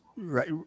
right